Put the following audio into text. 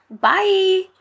Bye